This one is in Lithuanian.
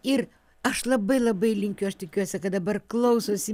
ir aš labai labai linkiu aš tikiuosi kad dabar klausosi